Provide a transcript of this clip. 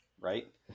Right